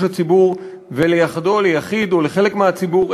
הציבור ולייחדו ליחיד או לחלק מהציבור,